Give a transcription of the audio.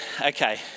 okay